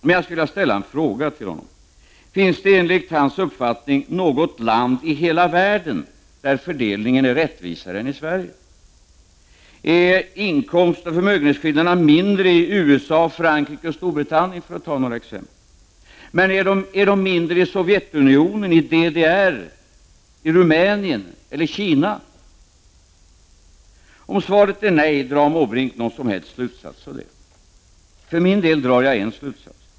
Men jag vill ställa en fråga till Bertil Måbrink: Finns det enligt hans uppfattning något land där fördelningen är rättvisare än i Sverige? Är inkomstoch förmögenhetsskillnaderna mindre, för att ta några exempel, i USA, Frankrike och Storbritannien? Är de mindre i Sovjetunionen, i DDR, i Rumänien eller i Kina? Om svaret på dessa frågor är nej — drar då Bertil Måbrink någon som helst slutsats av detta? Jag för min del drar en slutsats.